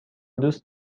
دوست